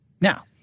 Now